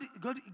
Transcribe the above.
God